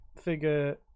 figure